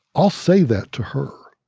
i'll say that to her.